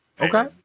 Okay